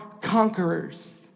conquerors